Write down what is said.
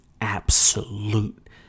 absolute